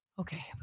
Okay